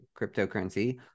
cryptocurrency